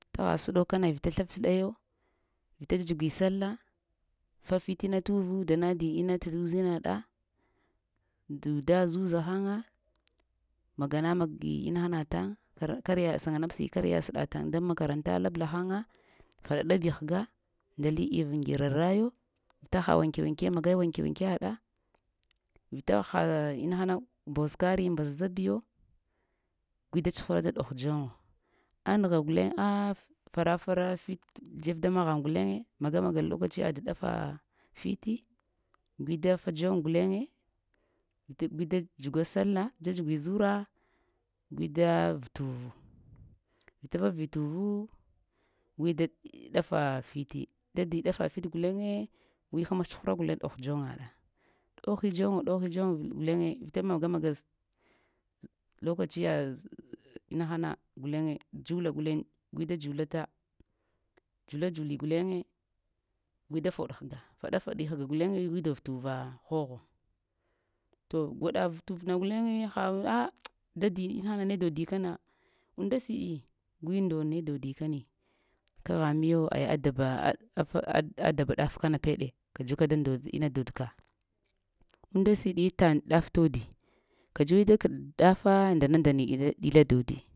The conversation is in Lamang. Tagha sənok kana vita sləf-sləɗayo, vita dza-dzugni sallah, fafi tina turu dana di inna tə uzinaɗa, duda zuza həŋa magana-magi innaha təŋ, kar-kariya səŋanab-sayi kariya səɗatay daŋ makar anta labla haya faɗaɗab-bi nda li ivəy gyara-rayo, vita ha wanke-wanke magai wanke wankiyaɗa, vita haa innaha mboz karii mbazab yo gui da tsuhurata ɗoh dzoŋo. Anəgha guləŋ ah fara-fara fit tə dzef daŋ maghŋ guleŋe maga-maga lokaciya da-ɗafa fiti gui da fa dzon guleye, vita gui da dzugwa sallah dza-dzgwi zuraa, gui da və-tuvu, vita vavi təvu gui da həma tsuhra da ɗoh dzoŋaɗa, ɗohi dzoŋo, ɗohi dzoŋo guleye vita maga-maga lokaciya inahana guleye dzula guleye gui da dzulata, dzula-dzuli guleye gui da foɗ həga, faɗab-faɗi həga guleŋe gui dof tə uva hogho, to gwaɗa vətur na guleye ha ah dadi inahama ne dodi kəna? Unda siɗi gui ndono ne dodi kəni? Ka ghan miyo aya adaba adaba ɗaf kəna peɗe, kadzuwaka da ndon ina dodka, unnda siɗi təŋ ɗaf todi kadzuwi da kəɗ ɗafa ndana ndani ɗila dodi.